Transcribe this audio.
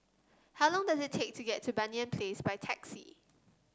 how long does it take to get to Banyan Place by taxi